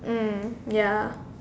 mm ya